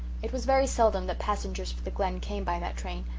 it was very seldom that passengers for the glen came by that train,